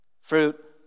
fruit